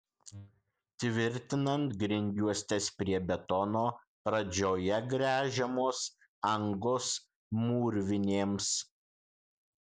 tvirtinant grindjuostes prie betono pradžioje gręžiamos angos mūrvinėms